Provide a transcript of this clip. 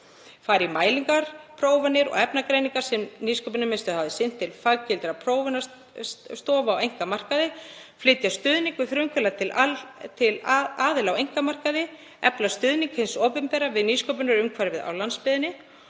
færa mælingar, prófanir og efnagreiningar sem Nýsköpunarmiðstöð hafði sinnt til faggildrar prófunarstofu á einkamarkaði, flytja stuðning við frumkvöðla til aðila á einkamarkaði, efla stuðning hins opinbera við nýsköpunarumhverfið á landsbyggðinni